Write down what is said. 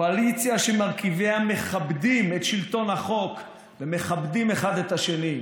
קואליציה שמרכיביה מכבדים את שלטון החוק ומכבדים אחד את השני.